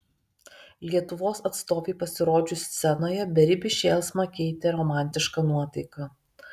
lietuvos atstovei pasirodžius scenoje beribį šėlsmą keitė romantiška nuotaika